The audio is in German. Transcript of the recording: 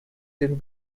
den